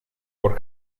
por